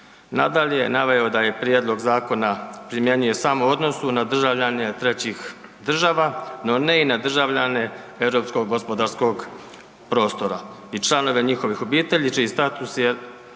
Nadalje, naveo je da je prijedlog zakona primjenjuje samo u odnosu na državljane trećih država, no ne i na državljane Europskog gospodarskog prostora i članove njihovih obitelji čiji status je